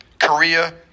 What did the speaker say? Korea